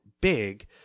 big